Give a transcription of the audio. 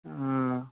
ꯑꯥ